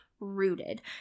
rooted